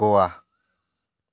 গোৱা